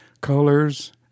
colors